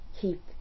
Keep